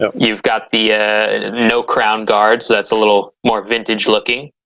ah you've got the no crown guard, so that's a little more vintage-looking.